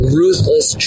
ruthless